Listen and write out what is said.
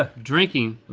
ah drinking?